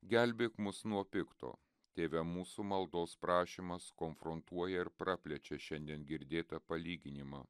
gelbėk mus nuo pikto tėve mūsų maldos prašymas konfrontuoja ir praplečia šiandien girdėtą palyginimą